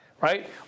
right